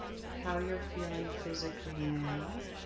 how you're feeling physically. now,